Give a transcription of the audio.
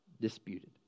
disputed